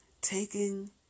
Taking